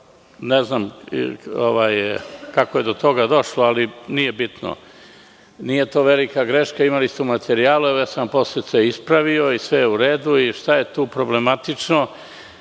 ne znam kako je do toga došlo, ali nije bitno. Nije to velika greška, imali ste u materijalu. Posle sam ispravio i sve je uredu. Šta je tu problematično